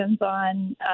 on